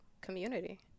community